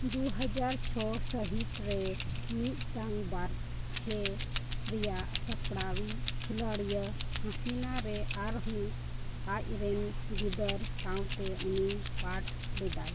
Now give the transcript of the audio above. ᱫᱩ ᱦᱟᱡᱟᱨ ᱪᱷᱚ ᱥᱟᱹᱦᱤᱛᱨᱮ ᱢᱤᱫᱴᱟᱝ ᱵᱟᱦᱨᱮ ᱨᱮᱱᱟᱜ ᱥᱟᱯᱲᱟᱣᱭᱤᱡ ᱠᱷᱮᱞᱳᱰᱤᱭᱟᱹ ᱦᱟᱥᱤᱱᱟᱨᱮ ᱟᱨᱦᱚᱸ ᱟᱡᱨᱮᱱ ᱜᱤᱫᱟᱹᱨ ᱥᱟᱶᱛᱮ ᱩᱱᱤ ᱯᱟᱴ ᱞᱮᱫᱟᱭ